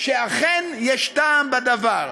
שאכן יש טעם בדבר.